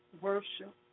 worship